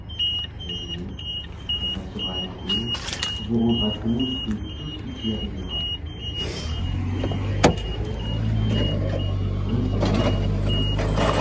l'eveillé qui restera à la cour vous rendra compte de tout ce qui arrivera pendant votre absence le prince obéit à la